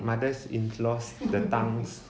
mothers in laws the tongues